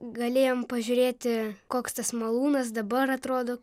galėjom pažiūrėti koks tas malūnas dabar atrodo